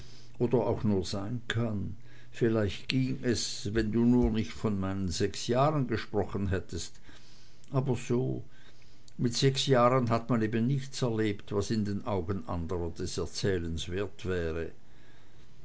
oder auch nur sein kann vielleicht ging es wenn du nur nicht von meinen sechs jahren gesprochen hättest aber so mit sechs jahren hat man eben nichts erlebt was in den augen andrer des erzählens wert wäre